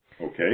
okay